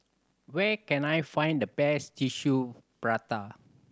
where can I find the best Tissue Prata